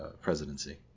presidency